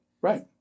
Right